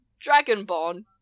Dragonborn